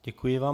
Děkuji vám.